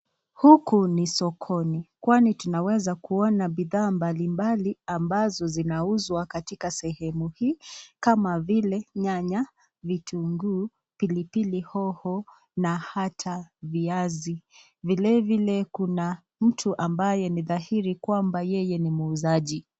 Huku ni sokoni kwani tunaweza kuona bidhaa mbalimbali ambazo zinauzwa katika sehemu hii kama vile nyanya, vitungu, pilipili hoho na ata viazi vilevile kuna mtu ambaye ni dhahiri kwamba yeye ni mwuuzaji.